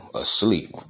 asleep